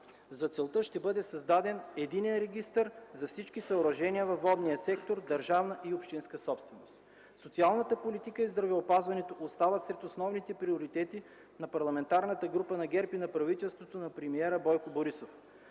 За целта ще бъде създаден единен регистър за всички съоръжения във водния сектор – държавна и общинска собственост. Социалната политика и здравеопазването остават сред основните приоритети на Парламентарната група на ГЕРБ и на правителството на премиера Бойко Борисов.